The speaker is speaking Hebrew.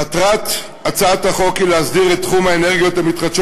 מטרת הצעת החוק היא להסדיר את תחום האנרגיות המתחדשות